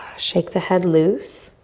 shake the head loose.